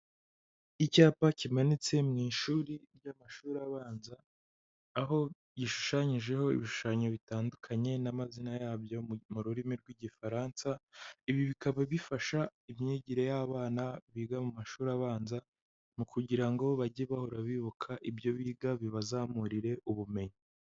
Icyapa kimanitse mu ishuri ry'amashuri abanza, aho gishushanyijeho ibishushanyo bitandukanye n'amazina yabyo mu rurimi rw'Igifaransa, ibi bikaba bifasha imyigire y'abana biga mu mashuri abanza, mu kugira ngo bajye bahora bibuka ibyo biga bibazamurire ubumenyi.